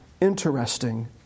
interesting